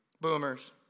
Boomers